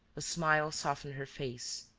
a smile softened her face,